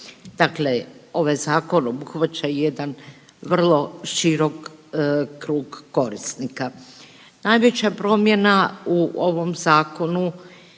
Dakle, ovaj zakon obuhvaća i jedan vrlo širok krug korisnika. Najveća promjena u ovom zakonu